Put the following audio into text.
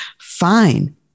fine